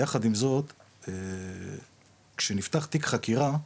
יחד עם זאת כשנפתח תיק חקירה,